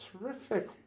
terrific